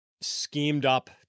schemed-up